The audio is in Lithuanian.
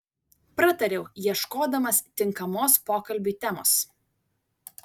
pratariau ieškodamas tinkamos pokalbiui temos